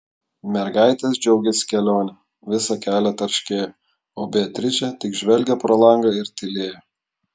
mergaitės džiaugėsi kelione visą kelią tarškėjo o beatričė tik žvelgė pro langą ir tylėjo